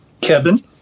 Kevin